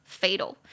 fatal